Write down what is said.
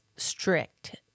strict